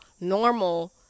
normal